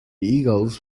eagles